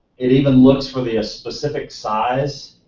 it even looks for the specific size,